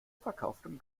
verkauftem